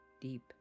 deep